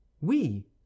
We